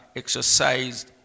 exercised